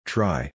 Try